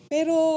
Pero